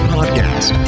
Podcast